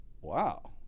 wow